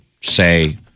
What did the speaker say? say